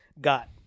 got